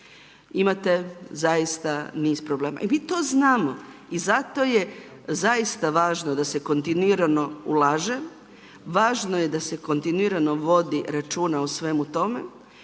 Imate zaista niz problema i mi to znamo, zato je zaista važno da se kontinuirano ulaže, važno je da se kontinuirano vodi računa o svemu tome,